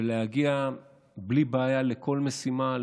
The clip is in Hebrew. ולהגיע בלי בעיה לכל משימה,